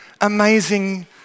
amazing